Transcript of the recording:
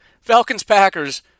Falcons-Packers